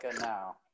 now